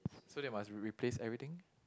so they must replace everything